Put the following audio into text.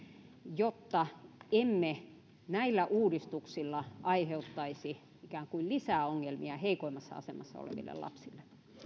jotta emme näillä uudistuksilla aiheuttaisi lisää ongelmia heikoimmassa asemassa oleville lapsille